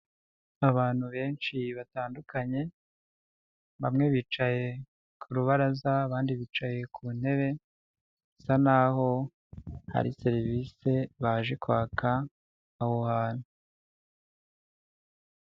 Abantu benshi batandukanye, bamwe bicaye ku rubaraza abandi bicaye ku ntebe, basa naho hari serivisi baje kwaka aho hantu.